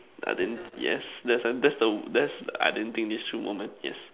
I didn't yes that's the that's the that's I didn't think this through moment yes